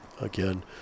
Again